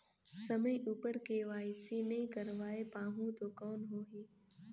समय उपर के.वाई.सी नइ करवाय पाहुं तो कौन होही?